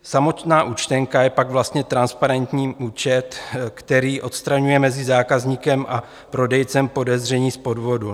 Samotná účtenka je pak vlastně transparentní účet, který odstraňuje mezi zákazníkem a prodejcem podezření z podvodu.